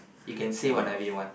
you can say whatever you want